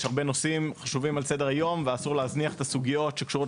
יש הרבה נושאים חשובים על סדר היום ואסור להזניח את הסוגיות שקשורות